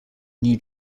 new